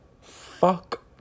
Fuck